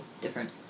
Different